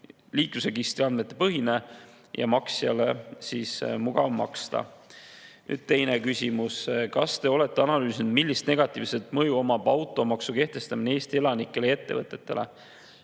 liiklusregistri andmete põhine ning [tasu] on maksjal mugav maksta. Nüüd teine küsimus: kas te olete analüüsinud, millist negatiivset mõju omab automaksu kehtestamine Eesti elanikele ja ettevõtetele?